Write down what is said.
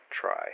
try